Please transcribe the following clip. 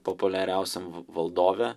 populiariausiam valdove